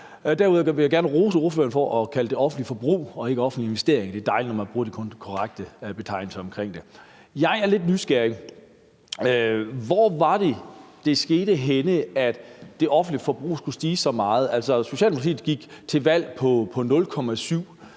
Derudover vil jeg gerne rose ordføreren for at kalde det »et offentligt forbrug« og ikke »en offentlig investering«. Det er dejligt, når man bruger de korrekte betegnelser for det. Men jeg er lidt nysgerrig, for hvordan var det, det skete, at det offentlige forbrug skulle stige så meget? Altså, Socialdemokratiet gik til valg på en